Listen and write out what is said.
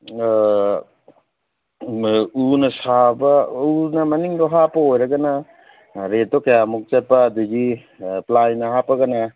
ꯎꯅ ꯁꯥꯕ ꯎꯅ ꯃꯅꯤꯡꯗꯣ ꯍꯥꯞꯄ ꯑꯣꯏꯔꯒꯅ ꯔꯦꯠꯇꯣ ꯀꯌꯥꯃꯨꯛ ꯆꯠꯄ ꯑꯗꯒꯤ ꯄ꯭ꯂꯥꯏꯅ ꯍꯥꯞꯄꯒꯅ